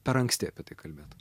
per anksti apie tai kalbėt